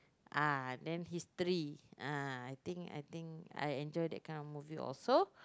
ah then history ah I think I think I enjoy that kind of movie also